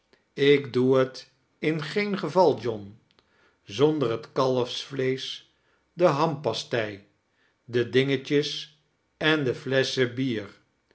ik doe het in geen geval john zonder het kalfsvleesch de hiampasifcei de dingetjes en de flesschen bier